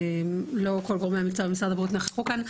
אבל לא כל גורמי המקצוע במשרד הבריאות נכחו כאן,